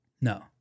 No